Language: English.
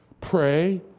pray